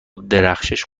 درخشش